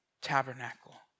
tabernacle